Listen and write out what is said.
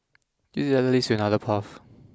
this ladder leads to another path